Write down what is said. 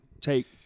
take